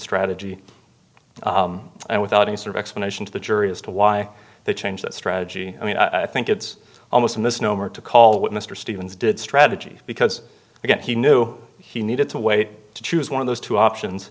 strategy and without any sort of explanation to the jury as to why they change that strategy i mean i think it's almost a misnomer to call what mr stevens did strategy because again he knew he needed to wait to choose one of those two options